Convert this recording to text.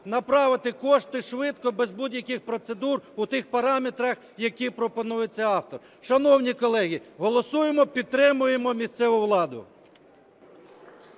направити кошти швидко, без будь-яких процедур, у тих параметрах, які пропонує цей автор. Шановні колеги, голосуємо, підтримуємо місцеву владу.